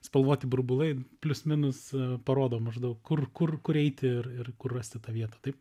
spalvoti burbulai plius minus parodo maždaug kur kur kur eiti ir ir kur rasti tą vietą taip